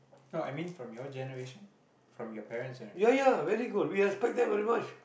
no I mean from your generation from your parent's generation